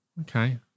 Okay